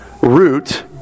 root